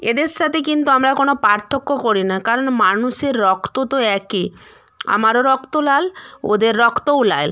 এদের সাতে কিন্তু আমরা কোনো পার্থক্য করি না কারণ মানুষের রক্ত তো একই আমারও রক্ত লাল ওদের রক্তও লাল